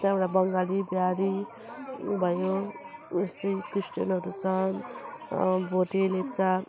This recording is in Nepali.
त्यहाँबाट बङ्गाली बिहारी भयो जस्तै क्रिस्चियनहरू छ भोटे लेप्चा